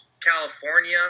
California